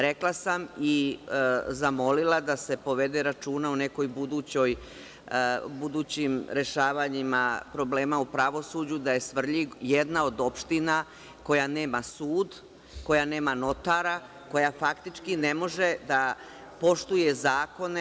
Rekla sam i zamolila da se povede računa o nekim budućim rešavanjima problema u pravosuđu, da je Svrljig jedna od opština koja nema sud, koja nema notara, koja, faktički, ne može da poštuje zakone.